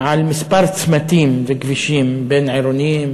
על כמה צמתים וכבישים בין-עירוניים,